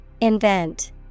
Invent